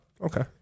Okay